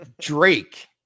Drake